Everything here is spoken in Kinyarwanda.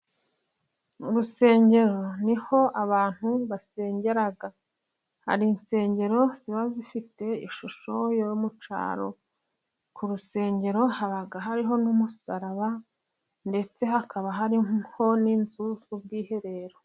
Mu rusengero ni ho abantu basengera, hari insengero ziba zifite ishusho yo mu cyaro, ku rusengero haba hariho n'umusaraba ndetse hakaba hariho n'inzu z'ubwiherero.